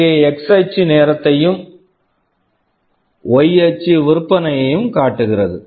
இங்கே x அச்சு நேரத்தையும் y அச்சு விற்பனையையும் காட்டுகிறது